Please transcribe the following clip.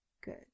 Good